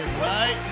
right